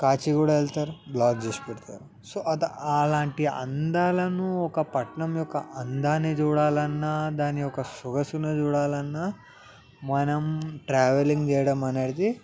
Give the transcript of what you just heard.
కాచిగూడ వెళ్తారు లాగ్ చేసి పెడతారు సో అలాంటి అందాలను ఒక పట్టణం యొక్క అందాన్ని చూడాలన్నా దాని యొక్క సొగసును చూడాలన్నా మనం ట్రావెలింగ్ చేయడం అనేది